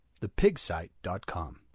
ThePigSite.com